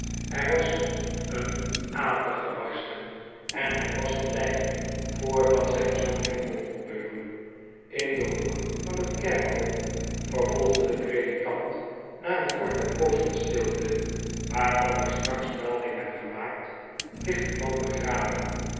er was een ader gebarsten en hij was een lijk voor dat zijn zoon hem kon opbeuren in den hoek van het kerkhof vervolgde de predikant na een korte poos vanstilt'e waarvan ik straks melding heb gemaakt ligt een man begraven